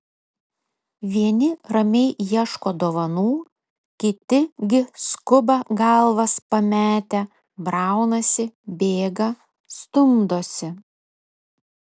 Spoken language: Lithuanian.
vieni ramiai ieško dovanų kiti gi skuba galvas pametę braunasi bėga stumdosi